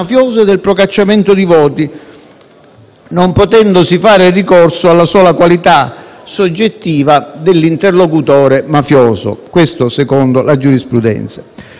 non potendosi fare ricorso alla sola qualità soggettiva dell'interlocutore mafioso (questo secondo la giurisprudenza). Appare del tutto evidente